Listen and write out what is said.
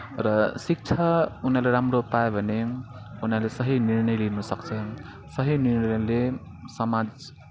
र शिक्षा उनीहरूले राम्रो पायो भने उनीहरूले सही निर्णय लिनुसक्छ सही निर्णयले समाज